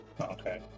Okay